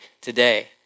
today